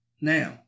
now